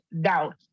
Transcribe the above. doubt